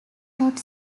not